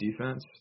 defense